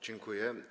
Dziękuję.